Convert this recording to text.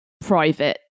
private